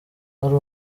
ari